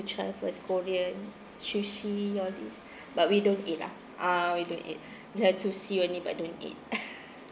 try first korean sushi all this but we don't eat lah ah we don't eat we there to see only but don't eat